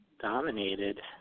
dominated